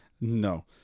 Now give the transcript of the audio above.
No